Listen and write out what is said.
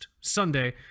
Sunday